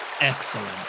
excellent